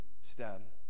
step